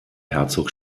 herzog